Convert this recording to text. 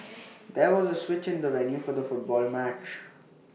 there was A switch in the venue for the football match